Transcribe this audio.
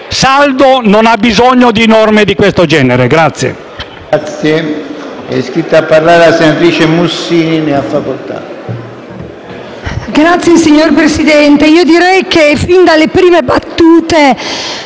saldo non ha bisogno di norme di questo genere.